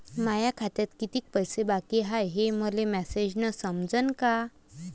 माया खात्यात कितीक पैसे बाकी हाय हे मले मॅसेजन समजनं का?